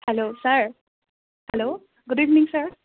hello sir hello good evening sir